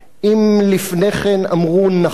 אם לפני כן אמרו: נכון,